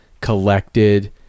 collected